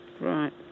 Right